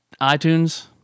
iTunes